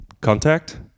contact